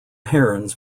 herons